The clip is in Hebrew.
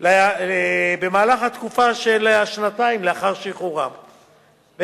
במהלך התקופה של השנתיים לאחר שחרורם,